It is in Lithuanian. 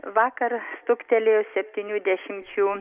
vakar stuktelėjo septynių dešimčių